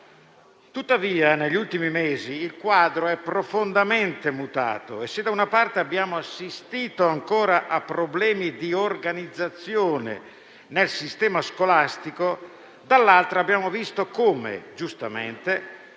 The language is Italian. Tuttavia, negli ultimi mesi, il quadro è profondamente mutato e, se, da una parte, abbiamo assistito ancora a problemi di organizzazione nel sistema scolastico, dall'altra, abbiamo visto come, giustamente,